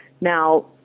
Now